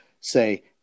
say